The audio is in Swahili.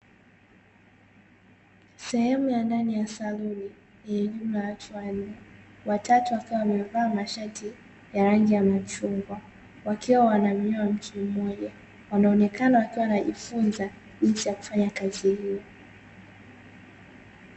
sehemu ya ndani ya saluni watatu wakiwa wamevaa masharti ya rangi ya machungwa wakiwa wananyoa mtu mmoja wanaonekana wakiwa wanajifunza jinsi ya kufanya kazi hiyo.